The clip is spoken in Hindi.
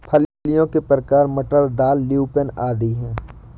फलियों के प्रकार मटर, दाल, ल्यूपिन आदि हैं